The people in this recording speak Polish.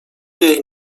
jej